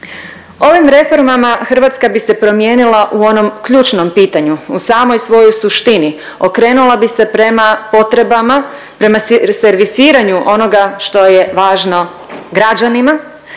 Ovim reformama Hrvatska bi se promijenila u onom ključnom pitanju u samoj svojoj suštini, okrenula bi se prema potrebama, prema servisiranju onoga što je važno građanima,